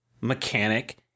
mechanic